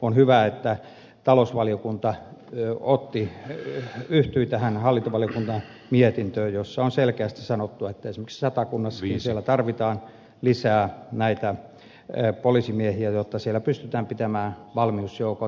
on hyvä että talousvaliokunta yhtyi tähän hallintovaliokunnan mietintöön jossa on selkeästi sanottu että esimerkiksi satakunnassa tarvitaan lisää näitä poliisimiehiä jotta siellä pystytään pitämään valmiusjoukot